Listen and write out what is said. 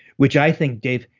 which i think dave,